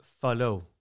follow